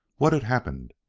what had happened?